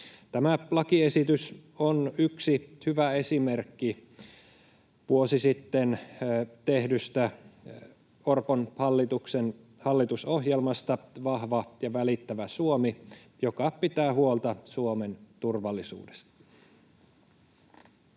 Tämä lakiesitys on yksi hyvä esimerkki vuosi sitten tehdystä Orpon hallituksen hallitusohjelmasta Vahva ja välittävä Suomi, joka pitää huolta Suomen turvallisuudesta.